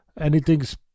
anything's